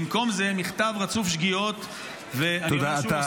במקום זה, מכתב רצוף שגיאות, ואני אומר שוב,